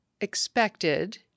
expected